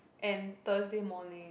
and Thursday morning